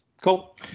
cool